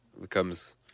becomes